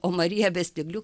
o marija be spyglių